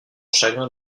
chagrin